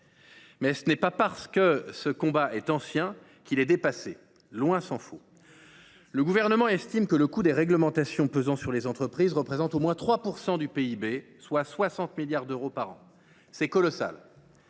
Mais ce n’est pas parce que ce combat est ancien qu’il est dépassé. Tant s’en faut. Le Gouvernement estime que le coût des réglementations pesant sur les entreprises représente au moins 3 % du PIB, soit 60 milliards d’euros par an. C’est colossal.